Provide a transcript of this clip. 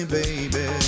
baby